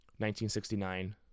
1969